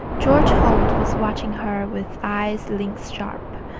george holt was watching her with eyes lynx-sharp,